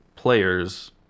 Players